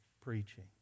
Preaching